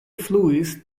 fluis